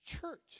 church